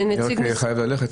אני רק חייב ללכת.